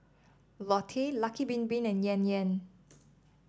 Lotte Lucky Bin Bin and Yan Yan